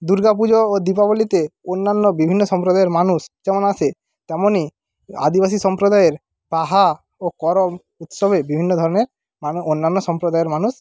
দুর্গা পুজো ও দীপাবলীতে অন্যান্য বিভিন্ন সম্প্রদায়ের মানুষ যেমন আসে তেমনই আদিবাসী সম্প্রদায়ের বাহা ও করম উৎসবে বিভিন্ন ধরনের মানুষ অন্যান্য সম্প্রদায়ের মানুষ